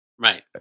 Right